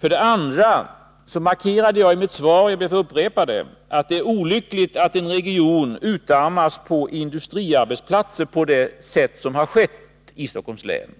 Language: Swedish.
För det andra markerade jag i mitt svar, och jag ber att få upprepa det, att det är olyckligt att en region utarmas på industriarbetsplatser på det sätt som har skett i Stockholms län.